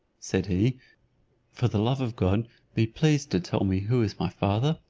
said he for the love of god be pleased to tell me who is my father?